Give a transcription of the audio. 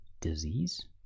disease